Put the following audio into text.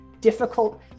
difficult